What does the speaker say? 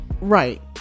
Right